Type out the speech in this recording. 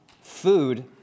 Food